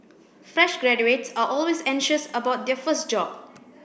fresh graduates are always anxious about their first job